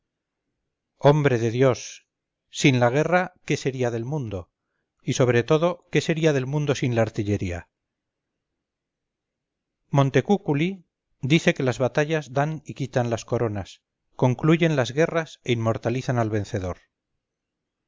hombre de dios sin la guerra qué sería del mundo y sobre todo qué sería del mundo sin la artillería montecúculi dice que las batallas dan y quitan las coronas concluyen las guerras e inmortalizan al vencedor